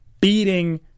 beating